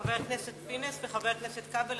חבר הכנסת פינס וחבר הכנסת כבל,